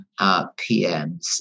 PMs